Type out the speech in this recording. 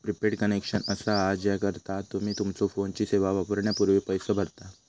prepaid connection असा हा ज्याकरता तुम्ही तुमच्यो फोनची सेवा वापरण्यापूर्वी पैसो भरता